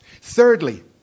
Thirdly